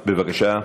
בבקשה.